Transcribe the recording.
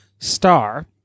Star